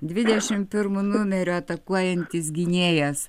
dvidešim pirmu numeriu atakuojantis gynėjas